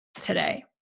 today